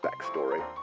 backstory